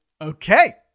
Okay